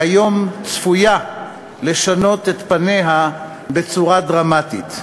מהיום צפויה לשנות את פניה בצורה דרמטית.